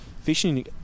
fishing